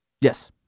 Yes